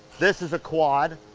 this is a quad.